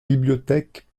bibliothèques